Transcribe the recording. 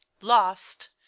lost